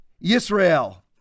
Israel